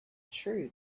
true